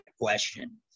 question